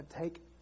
take